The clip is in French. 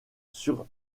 sur